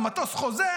המטוס חוזר,